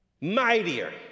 mightier